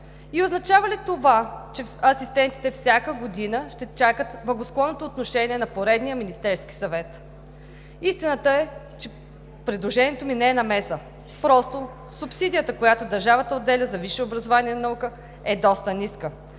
И означава ли това, че асистентите всяка година ще чакат благосклонното отношение на поредния Министерски съвет?! Истината е, че предложението ми не е намеса, просто субсидията, която държавата отделя за висше образование и наука, е доста ниска